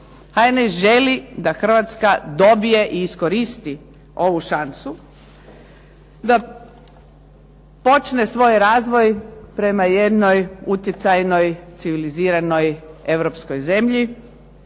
HNS želi da Hrvatska dobije i iskoristi ovu šansu, da počne svoj razvoj prema jednoj utjecajnoj, civiliziranoj europskoj zemlji